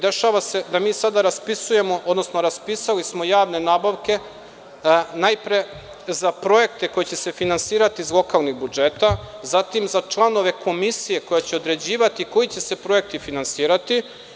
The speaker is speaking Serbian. Dešava se da mi sada raspisujemo, odnosno raspisali smo javne nabavke, najpre za projekte koji će se finansirati iz lokalnih budžeta, a zatim za članove Komisije koja će određivati koji će se projekti finansirati.